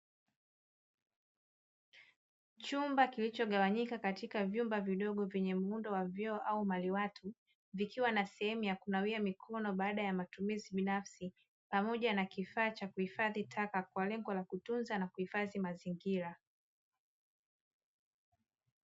Chumba kilichogawanyika katika vyumba vidogo vyenye muundo wa vyoo au maliwato, vikiwa na sehemu ya kunawia mikono baada ya matumizi binafsi, pamoja na kifaa cha kuhifadhi taka kwa lengo la kutunza na kuhifadhi mazingira.